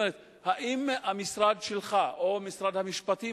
האם המשרד שלך או משרד המשפטים,